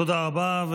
תודה רבה.